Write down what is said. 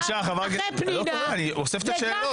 בבקשה, אני אוסף את השאלות.